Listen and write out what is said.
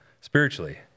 spiritually